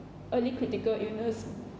early critical illness